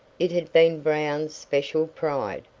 it had been brown's special pride,